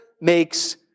makes